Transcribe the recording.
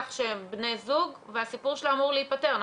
שהם בני זוג והסיפור שלה אמור להיפתר,